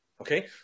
okay